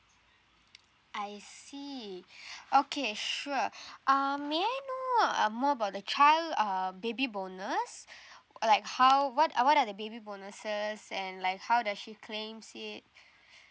I see okay sure um may I know uh more about the child uh baby bonus or like how what are what are the baby bonuses and like how does she claims it